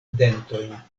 dentojn